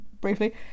briefly